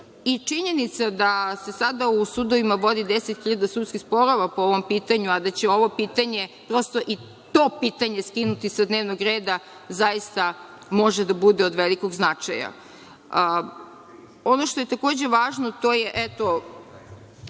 i činjenica da se sada u sudovima vodi 10.000 sudskih sporova po ovom pitanju, a da će ovo pitanje, prosto i to pitanje skinuti sa dnevnog reda, zaista može da bude od velikog značaja. Ono što je takođe važno, to je,